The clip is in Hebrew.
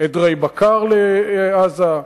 עדרי בקר לעזה,